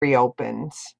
reopens